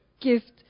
gift